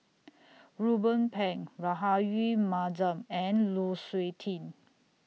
Ruben Pang Rahayu Mahzam and Lu Suitin